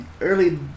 early